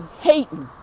hating